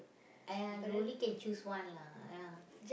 !aiya! you only can choose one lah ah